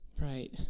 Right